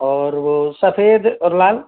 और वह सफ़ेद और लाल